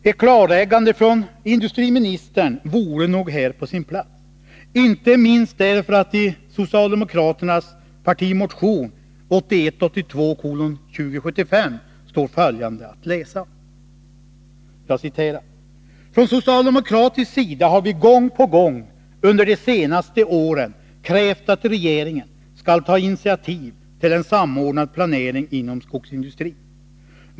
Ett klarläggande från industriministern vore nog här på sin plats, inte minst därför att det i socialdemokraternas partimotion 1981/82:2075 står att läsa följande: ”Från socialdemokratisk sida har vi gång på gång under de senaste åren krävt att regeringen skall ta initiativ till en samordnad planering inom skogsindustrin.